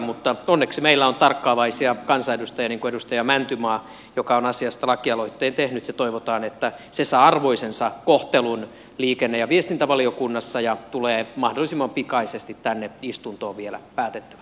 mutta onneksi meillä on tarkkaavaisia kansanedustajia niin kuin edustaja mäntymaa joka on asiasta lakialoitteen tehnyt ja toivotaan että se saa arvoisensa kohtelun liikenne ja viestintävaliokunnassa ja tulee mahdollisimman pikaisesti tänne istuntoon vielä päätettäväksi